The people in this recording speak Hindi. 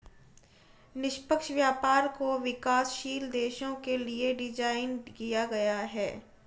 निष्पक्ष व्यापार को विकासशील देशों के लिये डिजाइन किया गया है